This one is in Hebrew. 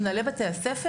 שמנהלי בתי-הספר,